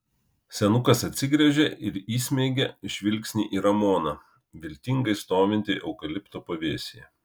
senukas atsigręžė ir įsmeigė žvilgsnį į ramoną viltingai stovintį eukalipto pavėsyje